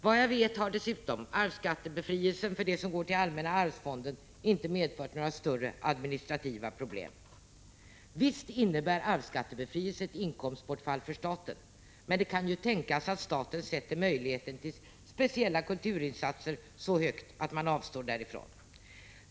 Vad jag vet har dessutom arvsskattebefrielsen för det som går till allmänna arvsfonden inte medfört några större administrativa problem. Visst innebär arvsskattebefrielse ett inkomstbortfall för staten — men det kan ju tänkas att staten sätter möjligheten att göra speciella kulturinsatser så högt att man avstår därifrån.